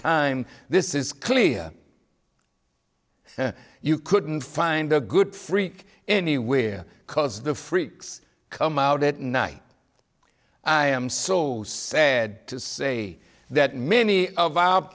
time this is clear you couldn't find a good freak anywhere cause the freaks come out at night i am so sad to say that many